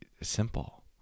simple